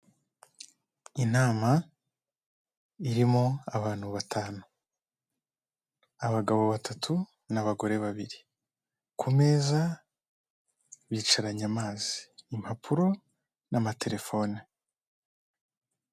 Inama irimo abantu batanu, abagabo batatu, n'abagore babiri, ku meza bicaranye amazi, impapuro n'amatelefone.